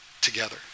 together